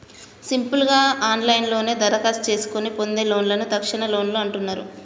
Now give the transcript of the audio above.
simple గా ఆన్లైన్లోనే దరఖాస్తు చేసుకొని పొందే లోన్లను తక్షణలోన్లు అంటున్నరు